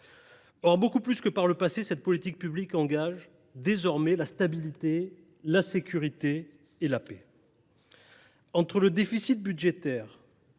Or, beaucoup plus que par le passé, cette politique publique engage désormais la stabilité, la sécurité et la paix.